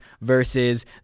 versus